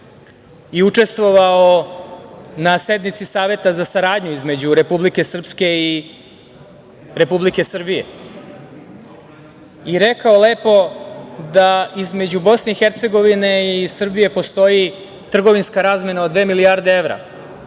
i učestvovao na sednici Saveta za saradnju između Republike Srpske i Republike Srbije i rekao lepo da između BiH i Srbije postoji trgovinska razmena od dve milijarde evara. Nama